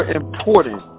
important